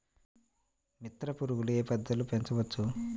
మిత్ర పురుగులు ఏ పద్దతిలో పెంచవచ్చు?